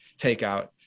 takeout